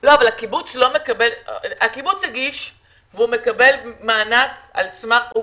אבל הקיבוץ הגיש והוא מקבל מענק הוא